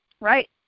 right